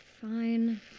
Fine